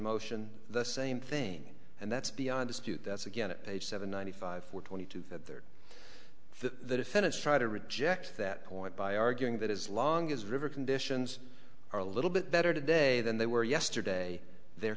motion the same thing and that's beyond dispute that's again at page seven ninety five or twenty two that there the defendants try to reject that point by arguing that as long as river conditions are a little bit better today than they were yesterday there